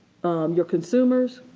your consumers,